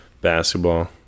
basketball